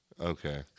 Okay